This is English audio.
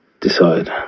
decide